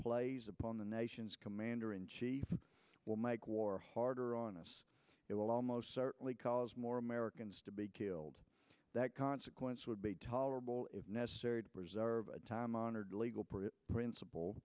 plays upon the nation's commander in chief will make war harder on us it will almost certainly cause more americans to be killed that consequence would be tolerable if necessary to preserve a time honored legal princip